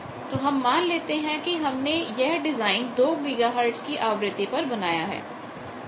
तो हम मान लेते हैं कि हमने यह डिजाइन दो गीगाहर्टज की आवृत्ति पर बनाया है